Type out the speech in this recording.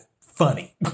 funny